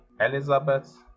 Elizabeth